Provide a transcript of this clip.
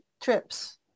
trips